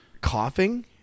coughing